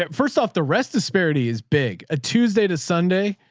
but first off the rest disparity is big. a tuesday to sunday.